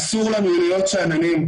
אסור לנו להיות שאננים.